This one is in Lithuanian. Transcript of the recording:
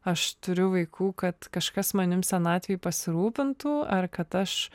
aš turiu vaikų kad kažkas manim senatvėj pasirūpintų ar kad aš